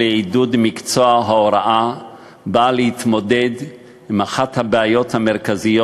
לעידוד מקצוע ההוראה באה להתמודד עם אחת הבעיות המרכזיות